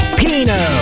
pino